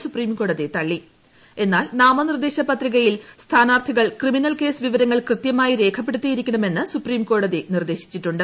എന്നാൽ സുപ്രിംകോടതി നാമനിർദ്ദേശ പത്രികയിൽ സ്ഥാനാർത്ഥികൾ ക്രിമിനൽ കേസ് വിവരങ്ങൾ കൃത്യമായി രേഖപ്പെടുത്തിയിരിക്കണമെന്ന് സുപ്രീംകോടതി നിർദ്ദേശിച്ചിട്ടുണ്ട്